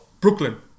Brooklyn